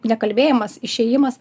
nekalbėjimas išėjimas